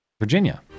Virginia